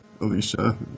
Alicia